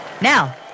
Now